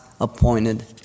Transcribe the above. appointed